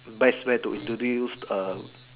best way to introduce a